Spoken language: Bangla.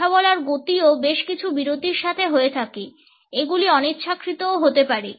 কথা বলার গতিও বেশ কিছু বিরতির সাথে হয়ে থাকে এগুলো অনিচ্ছাকৃতও হতে পারে